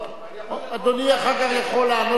אדוני אחר כך יכול לענות לו בעיתון,